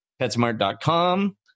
PetSmart.com